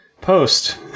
post